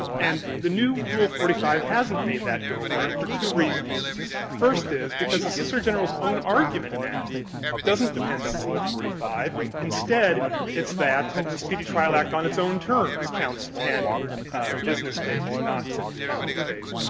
and the new rule forty five hasn't made that go away for two reasons. the first is because the solicitor general's own argument now doesn't depend on rule forty five. instead, it's that the speedy trial act on its own terms counts ten business days, not simply calendar days.